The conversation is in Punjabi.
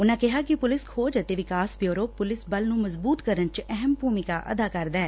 ਉਨੁਾ ਕਿਹਾ ਕਿ ਪੁਲਿਸ ਖੋਜ ਅਤੇ ਵਿਕਾਸ ਬਿਊਰੋ ਪੁਲਿਸ ਬਲ ਨੂੰ ਮਜਬੂਤ ਕਰਨ ਚ ਅਹਿਮ ਭੁਮਿਕਾ ਅਦਾ ਕਰਦਾ ਐ